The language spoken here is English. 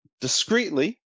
discreetly